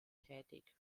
tätig